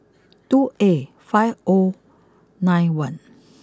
two A five O nine one